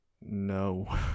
no